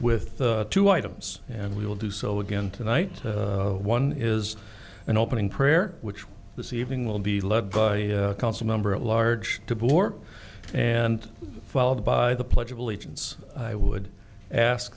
with the two items and we will do so again tonight one is an opening prayer which this evening will be led by council member at large to bore and followed by the pledge of allegiance i would ask